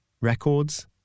Records